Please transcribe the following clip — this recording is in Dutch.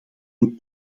een